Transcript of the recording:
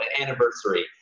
anniversary